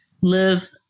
live